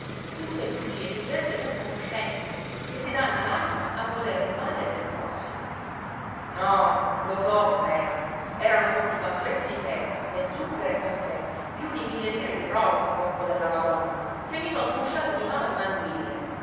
tutte bugie di gente senza coscienza che si danna l'anima a volere il male del prossimo no lo so cos'era erano tutti fazzoletti di seta e zucchero e caffè più di mille lire di roba corpo della madonna che mi son sgusciati di mano come anguille